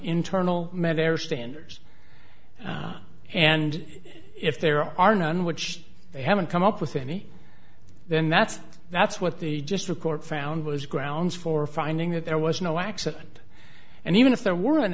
internal medicare standards and if there are none which they haven't come up with any then that's that's what the just record found was grounds for finding that there was no accident and even if there were an